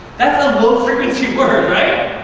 that's a low frequency word, right?